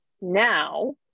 now